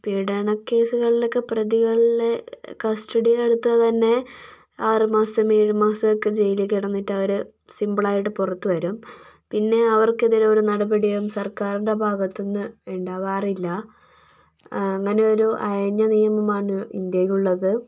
പീഡന കേസുകളിലൊക്കെ പ്രതികളെ കസ്റ്റഡിയിൽ എടുത്താൽ തന്നെ ആറു മാസം ഏഴു മാസം ഒക്കെ ജയിലിൽ കിടന്നിട്ടവർ സിംപിളായിട്ട് പുറത്തുവരും പിന്നെ അവർക്കെതിരെ ഒരു നടപടിയും സർക്കാരിൻ്റെ ഭാഗത്തു നിന്ന് ഉണ്ടാവാറില്ല അങ്ങനെയൊരു അയഞ്ഞ നിയമമാണ് ഇന്ത്യയിൽ ഉള്ളത്